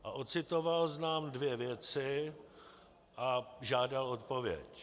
Ocitoval nám dvě věci a žádal odpověď.